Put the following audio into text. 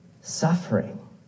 suffering